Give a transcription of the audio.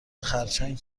خرچنگ